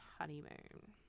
Honeymoon